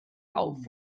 auf